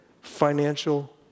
financial